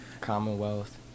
Commonwealth